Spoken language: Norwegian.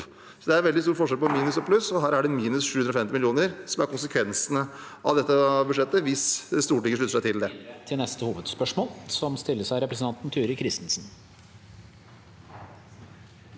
Det er veldig stor forskjell på minus og pluss, og det er minus 750 mill. kr som er konsekvensen av dette budsjettet – hvis Stortinget slutter seg til det.